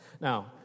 Now